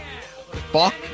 fuck